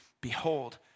behold